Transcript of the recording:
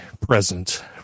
present